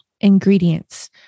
ingredients